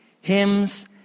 hymns